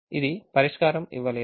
ఇది పరిష్కారం ఇవ్వలేదు